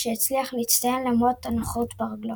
שהצליח להצטיין למרות הנכות ברגלו.